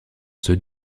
ceux